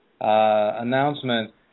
announcement